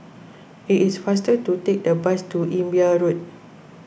it is faster to take the bus to Imbiah Road